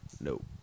Nope